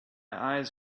eyes